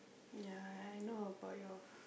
ya I know about your